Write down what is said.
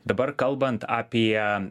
dabar kalbant apie